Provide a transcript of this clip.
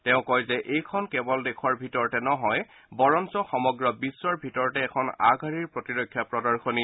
তেওঁ কয় যে এইখন কেৱল দেশৰ ভিতৰতে নহয় বৰঞ্চ সমগ্ৰ বিধ্বৰ ভিতৰতে এখন আগশাৰী প্ৰতিৰক্ষা প্ৰদশনী